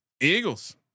Eagles